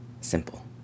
simple